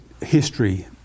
history